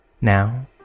Now